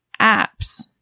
apps